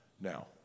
Now